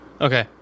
Okay